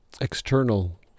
External